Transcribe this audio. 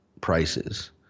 prices